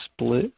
split